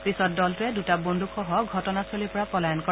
পিছত দলটোৰে দুটা বন্দুকসহ ঘটনাস্থলীৰ পৰা পলায়ন কৰে